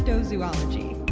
cosmology,